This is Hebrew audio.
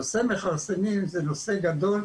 נושא מכרסמים זה נושא גדול,